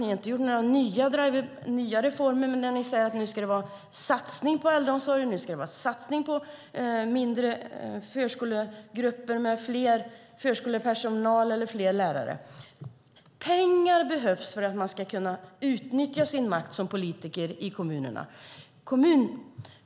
Ni har inte genomfört några nya reformer, men ni säger att det ska vara en satsning på äldreomsorgen och på mindre förskolegrupper med mer förskolepersonal och fler lärare. Det behövs pengar för att man ska kunna utnyttja sin makt som politiker i kommunerna.